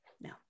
No